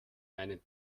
meinen